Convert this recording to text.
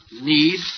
need